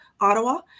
Ottawa